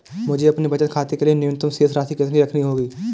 मुझे अपने बचत खाते के लिए न्यूनतम शेष राशि कितनी रखनी होगी?